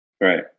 Right